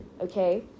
okay